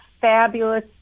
fabulous